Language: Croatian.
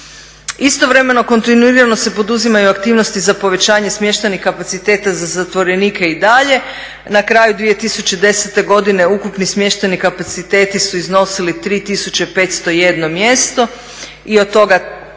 Istovremeno se kontinuirano poduzimaju aktivnosti za povećanje smještajnih kapaciteta za zatvorenike i dalje. Na kraju 2010.godine ukupni smještajni kapaciteti su iznosili 3.501 mjesto i od toga